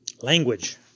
Language